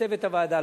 לצוות הוועדה,